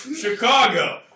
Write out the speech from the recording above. Chicago